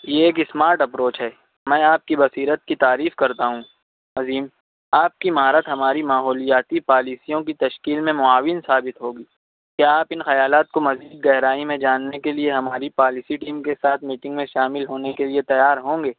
یہ ایک smart approach ہے میں آپ کی بصیرت کی تعریف کرتا ہوں عظیم آپ کی مہارت ہماری ماحولیاتی پالیسیوں کی تشکیل میں معاون ثابت ہوگی کیا آپ ان خیالات کو مزید گہرائی میں جاننے کے لیے ہماری پالیسی ٹیم کے ساتھ میٹنگ میں شامل ہونے کے لیے تیار ہوں گے